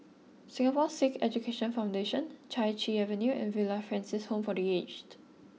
Singapore Sikh Education Foundation Chai Chee Avenue and Villa Francis Home for the aged